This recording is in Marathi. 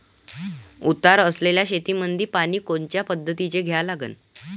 उतार असलेल्या शेतामंदी पानी कोनच्या पद्धतीने द्या लागन?